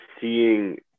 seeing